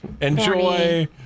enjoy